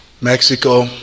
Mexico